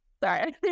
Sorry